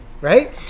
right